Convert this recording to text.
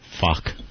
fuck